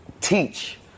teach